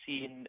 seen